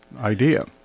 idea